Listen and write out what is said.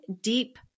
deep